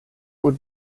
would